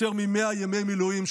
יותר מ-100 ימי מילואים.